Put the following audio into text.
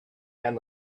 and